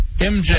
MJ